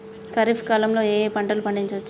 ఖరీఫ్ కాలంలో ఏ ఏ పంటలు పండించచ్చు?